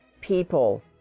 people